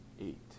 eight